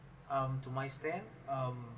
um to my stand um